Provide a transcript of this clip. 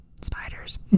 spiders